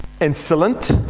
insolent